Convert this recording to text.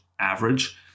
average